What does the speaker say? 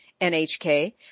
NHK